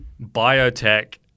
biotech